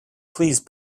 please